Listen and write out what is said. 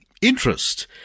interest